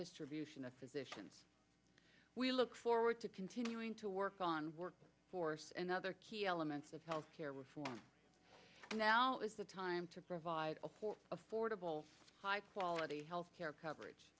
distribution of physicians we look forward to continuing to work on work force and other key elements of health care reform now is the time to provide affordable quality health care coverage